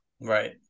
Right